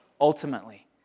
ultimately